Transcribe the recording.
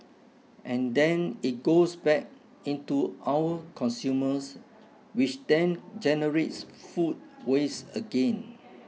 and then it goes back into our consumers which then generates food waste again